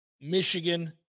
Michigan